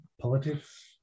politics